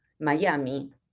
Miami